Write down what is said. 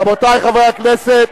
רבותי חברי הכנסת.